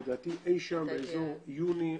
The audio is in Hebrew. לדעתי אי שם באזור יוני